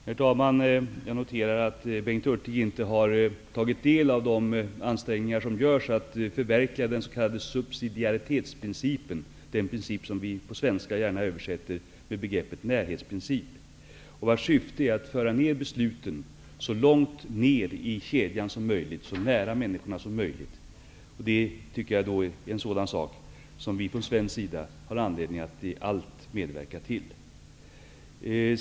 Herr talman! Jag noterar att Bengt Hurtig inte har tagit del av att ansträngningar görs för att förverkliga den s.k. subsidiaritetsprincipen, som vi på svenska gärna översätter med närhetsprincipen och vars syfte är att föra besluten så långt ner i kedjan som möjligt, så nära människorna som möjligt. Det tycker jag är en sådan sak som vi från svensk sida har anledning att i allt medverka till.